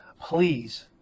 please